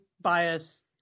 bias